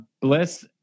bliss